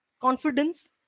confidence